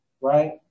right